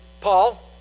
Paul